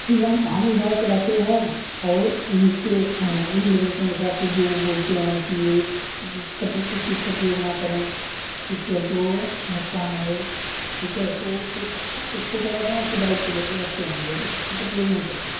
ही हम दव दवा चलाते हैं और उनके रूल रेगुलेशन के हिसाब से जो वह बोलते है कि इसका प्रयोग इस चीज़ का प्रयोग न करें इससे हमको नुक़सान है ठीक है तो उस उसको उसको क्या करते हैं उसको डाइट पर लेकर रखते हैं हमलोग उस चीज़ का प्रयोग नहीं करते हैं